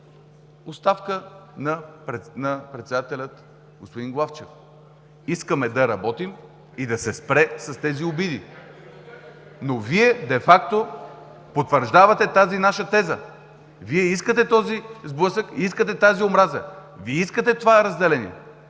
оставка на председателя господин Главчев. Искаме да работим и да се спре с тези обиди, но Вие де факто потвърждавате тази наша теза! Вие искате този сблъсък и искате тази омраза, Вие искате това разделение.